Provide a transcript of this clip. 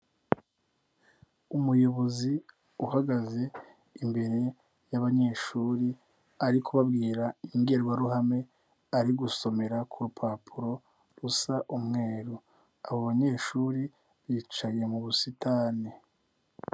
Umuyobozi uhagaze imbere y'abanyeshuri ari kubabwira imbwirwaruhame ari gusomera ku rupapuro rusa umweru. Abo banyeshuri bicaye mu busitani.